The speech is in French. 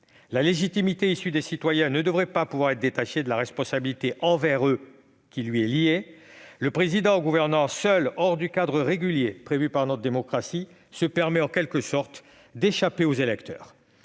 La légitimité issue des citoyens ne devrait pas pouvoir être détachée de la responsabilité envers eux- les deux sont liées. Le Président, en gouvernant seul, hors du cadre régulier prévu par notre démocratie, se permet en quelque sorte d'échapper aux électeurs.